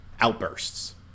outbursts